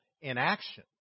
inaction